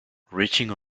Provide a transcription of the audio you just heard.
reaching